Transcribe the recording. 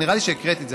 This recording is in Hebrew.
נראה לי שהקראתי את זה,